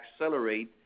accelerate